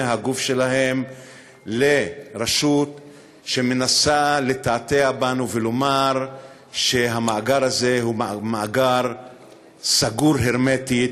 הגוף שלהם לרשות שמנסה לתעתע בנו ולומר שהמאגר הזה הוא מאגר סגור הרמטית,